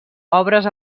obres